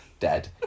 dead